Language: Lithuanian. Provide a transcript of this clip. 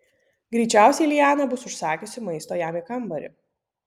greičiausiai liana bus užsakiusi maisto jam į kambarį